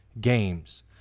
games